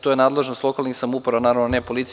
To je nadležnost lokalnih samouprava, naravno ne policije.